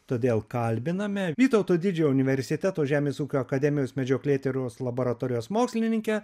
todėl kalbiname vytauto didžiojo universiteto žemės ūkio akademijos medžioklėtyros laboratorijos mokslininkę